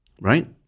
right